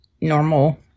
normal